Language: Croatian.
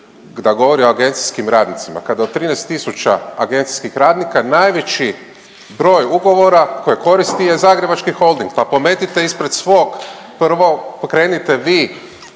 da govori o agencijskim radnicima kada od 13 tisuća agencijskih radnika najveći broj ugovora koje koristi je Zagrebački holding, pa pometite ispred svog, prvo krenite vi